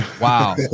Wow